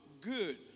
Good